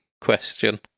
question